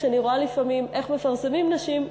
כשאני רואה לפעמים איך מפרסמים נשים,